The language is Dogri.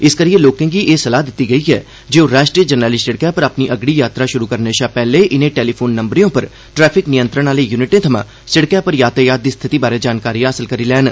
इस करियै लोकें गी एह सलाह दित्ती गेई ऐ जे ओह् राष्ट्री जरनैली सिड़कै पर अपनी अगड़ी यात्रा शुरु करने शा पैह्ले इनें टेलीफोन नम्बरें उपपर ट्रैफिक नियंत्रण आह्ले युनिटें थमां सिड़कै पर यातायात दी स्थिति बारै जानकारी हासल करी लैन